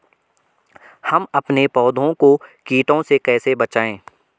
हम अपने पौधों को कीटों से कैसे बचाएं?